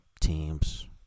teams